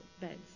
beds